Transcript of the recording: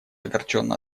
огорченно